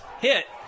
hit